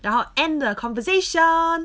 I'll end the conversation